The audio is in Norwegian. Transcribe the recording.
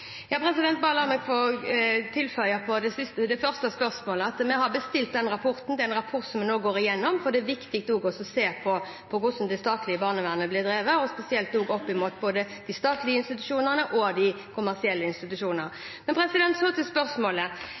La meg tilføye til det første spørsmålet at vi har bestilt den rapporten. Det er en rapport som vi nå går igjennom, for det er også viktig å se på hvordan det statlige barnevernet blir drevet, spesielt opp mot både de statlige institusjonene og de kommersielle institusjonene. Så til spørsmålet.